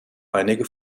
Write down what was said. einige